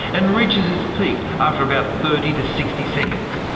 and reaches its peak after about thirty to sixty seconds.